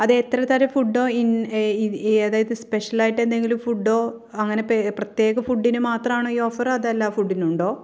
അതെത്ര തരം ഫുഡോ അതായത് സ്പെഷൽ ആയിട്ട് എന്തെങ്കിലും ഫുഡോ അങ്ങനെ പ്രത്യേക ഫുഡിന് മാത്രമാണോ ഈ ഓഫറ് അതോ എല്ലാ ഫുഡിനും ഉണ്ടോ